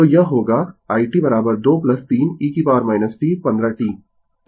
तो यह होगा i t 2 3 e t 15 t ampere ठीक है